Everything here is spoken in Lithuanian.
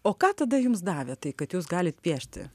o ką tada jums davė tai kad jūs galit piešti